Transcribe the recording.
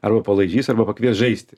arba palaižys arba pakvies žaisti